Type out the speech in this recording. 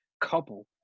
couple